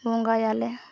ᱵᱚᱸᱜᱟᱭᱟᱞᱮ